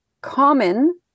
common